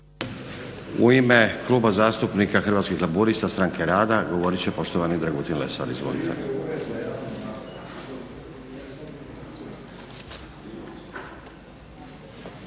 U ime Kluba zastupnika Hrvatskih laburista, stranke rada govorit će poštovani Dragutin Lesar. **Lesar,